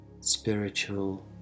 spiritual